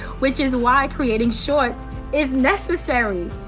which is why creating shorts is necessary.